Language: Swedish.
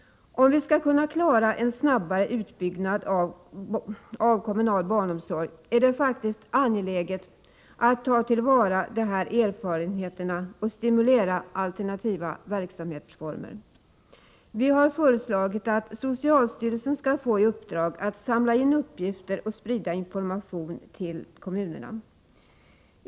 Om vi skall kunna klara en snabbare utbyggnad av kommunal barnomsorg är det faktiskt angeläget att ta till vara dessa erfarenheter och att stimulera alternativa verksamhetsformer. Vi har föreslagit att socialstyrelsen skall få i uppdrag att samla in uppgifter och sprida information till kommunerna.